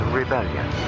rebellion